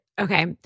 Okay